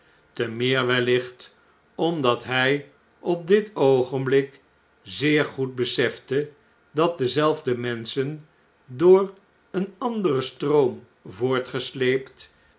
te meer wellicht omdat hij op dit oogenblik zeer goed besefte dat dezelfde menscnen door een anderen stroom